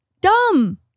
Dumb